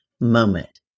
moment